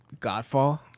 Godfall